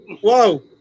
Whoa